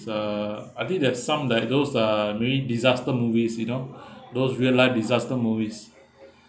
uh I think there is some like those uh maybe disaster movies you know those real like disaster movies